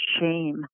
shame